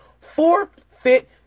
forfeit